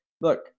look